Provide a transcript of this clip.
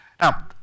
Now